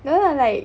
no lah like